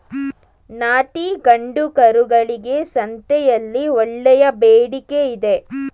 ನಾಟಿ ಗಂಡು ಕರುಗಳಿಗೆ ಸಂತೆಯಲ್ಲಿ ಒಳ್ಳೆಯ ಬೇಡಿಕೆಯಿದೆ